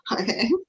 Okay